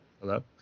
hello